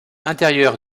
intérieures